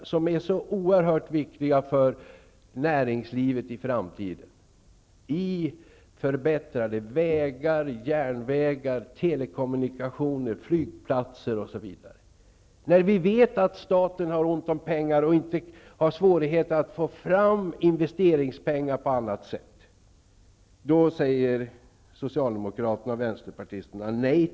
De är så oerhört viktiga för näringslivet i framtiden. Det är fråga om förbättrade vägar, järnvägar, telekommunikationer, flygplatser osv. När vi vet att staten har svårt att få fram investeringspengar på annat sätt, säger socialdemokraterna och vänsterpartisterna nej.